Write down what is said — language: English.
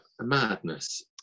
madness